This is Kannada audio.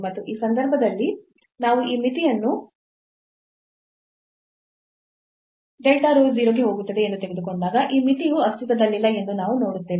ಮತ್ತು ಈ ಸಂದರ್ಭದಲ್ಲಿ ನಾವು ಈ ಮಿತಿಯನ್ನು delta rho 0 ಗೆ ಹೋಗುತ್ತದೆ ಎಂದು ತೆಗೆದುಕೊಂಡಾಗ ಈ ಮಿತಿಯು ಅಸ್ತಿತ್ವದಲ್ಲಿಲ್ಲ ಎಂದು ನಾವು ನೋಡುತ್ತೇವೆ